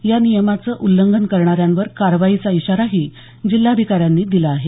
या नियमाचं उल्लंघन करणाऱ्यांवर कारवाईचा इशाराही जिल्हाधिकाऱ्यांनी दिला आहे